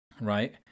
Right